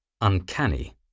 uncanny